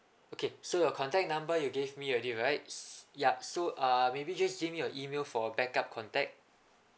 okay so your contact number you gave me already right s~ ya so err maybe just give me your email for backup contact